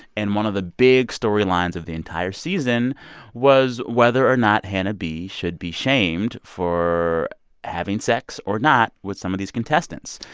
and one of the big storylines of the entire season was whether or not hannah b. should be shamed for having sex or not with some of these contestants.